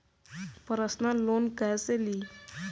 Personal loan कैसे ली?